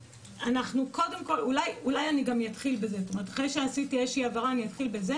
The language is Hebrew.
אחרי שעשיתי הבהרה, אני אתחיל בזה